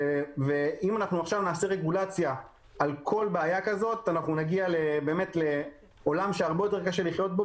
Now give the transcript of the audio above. אם נעשה רגולציה על כל בעיה כזאת נגיע לעולם שהרבה יותר קשה לחיות בו,